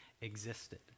existed